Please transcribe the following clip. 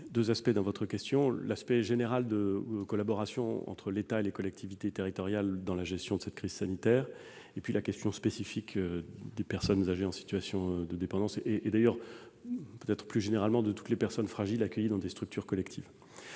deux aspects dans votre question : le problème général de la collaboration entre l'État et les collectivités territoriales dans la gestion de cette crise sanitaire et la situation spécifique des personnes âgées en situation de dépendance et, plus généralement, de toutes les personnes fragiles accueillies dans des structures collectives.